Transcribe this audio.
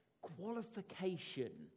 qualification